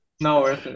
no